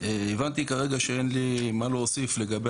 הבנתי כרגע שאין לי מה להוסיף לגבי